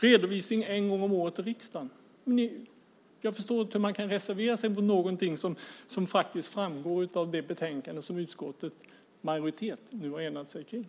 Redovisning ska ske en gång om året till riksdagen, säger ni också. Jag förstår inte hur man kan reservera sig mot någonting som faktiskt framgår av det betänkande som utskottets majoritet nu har enat sig omkring.